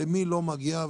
למי לא מגיע?